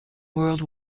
world